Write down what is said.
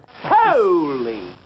Holy